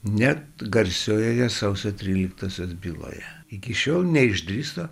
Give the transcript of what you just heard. net garsiojoje sausio tryliktosios byloje iki šiol neišdrįso